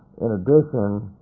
in addition,